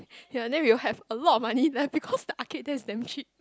ya then we'll have a lot of money left because the arcade there is damn cheap